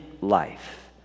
life